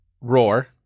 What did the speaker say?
Roar